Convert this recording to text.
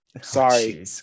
sorry